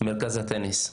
ומרכז הטניס.